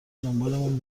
دنبالمون